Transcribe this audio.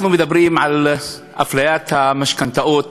אנחנו מדברים על אפליית המשכנתאות